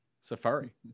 Safari